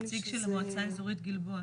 המועצה האזורית גלבוע?